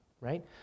right